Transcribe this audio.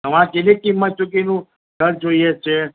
હા તમારે કેટલી કિંમત સુધીનું ઘર જોઈએ છે